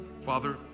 Father